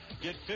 get